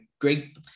great